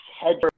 head